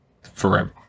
forever